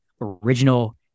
original